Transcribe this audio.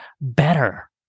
better